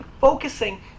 focusing